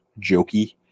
jokey